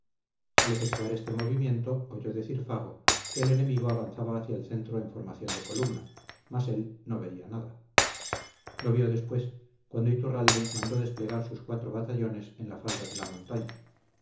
al efectuar este movimiento oyó decir fago que el enemigo avanzaba hacia el centro en formación de columna mas él no veía nada lo vio después cuando iturralde mandó desplegar sus cuatro batallones en la falda de la montaña